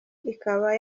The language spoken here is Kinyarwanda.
ikaba